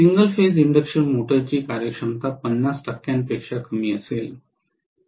single phase induction मोटर्सची कार्यक्षमता ५० टक्क्यांपेक्षा कमी असेल